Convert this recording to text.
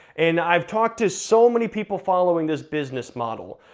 and i've talked to so many people following this business model,